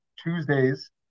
Tuesdays